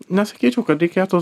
nesakyčiau kad reikėtų